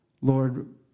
Lord